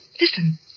Listen